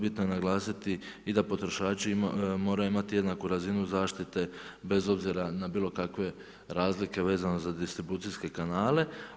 Bitno je naglasiti i da potrošači moraju imati jednaku razinu zaštite, bez obzira na bilo kakve razlike vezano za distribucijske kanale.